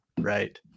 right